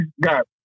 got